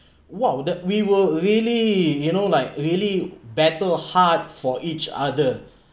what would the we were really you know like really battle hard for each other